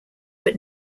but